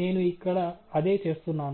నేను ఇక్కడ అదే చేస్తున్నాను